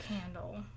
candle